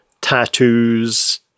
tattoos